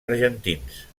argentins